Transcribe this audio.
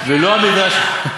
אני מצטער מאוד,